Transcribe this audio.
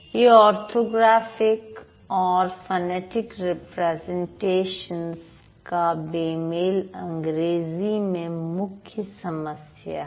यह ऑर्थोग्राफिक और phonetic representations का बेमेल अंग्रेजी में मुख्य समस्या है